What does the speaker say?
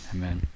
Amen